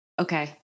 Okay